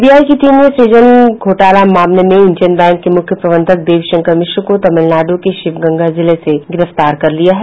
CBI की team ने सुजन घोटाला मामले में इंडियन बैंक के मुख्य प्रबंधक देव शंकर मिश्र को तमिलनाडु के शिवगंगा जिले से गिरफ्तार कर लिया है